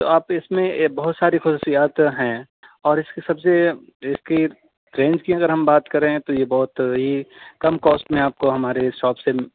تو آپ اس میں ایک بہت ساری خصوصیات ہیں اور اس کے سب سے اس کی ٹرینڈس کی اگر ہم بات کریں تو یہ بہت ہی کم کوسٹ میں آپ کو ہمارے شاپ سے